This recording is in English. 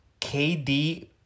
KD